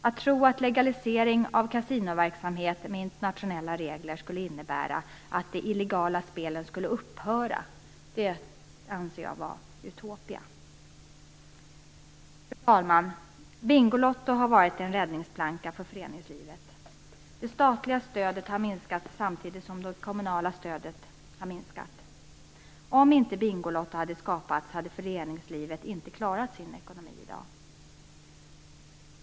Att tro att legalisering av kasinoverksamhet med internationella regler skulle innebära att de illegala spelen skulle upphöra anser jag vara en utopi. Fru talman! Bingolotto har varit en räddningsplanka för föreningslivet. Det statliga stödet har minskat samtidigt som det kommunala stödet har minskat. Om inte Bingolotto hade skapats hade föreningslivet inte klarat sin ekonomi i dag.